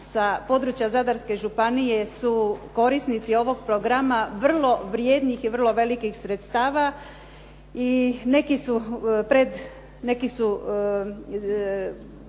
sa područja Zadarske županije su korisnici ovog programa vrlo vrijednih i vrlo velikih sredstava i neki su